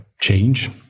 change